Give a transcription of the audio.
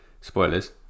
Spoilers